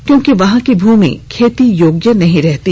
क्योंकि वहां की भूमि खेती योग्य नहीं रहती